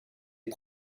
est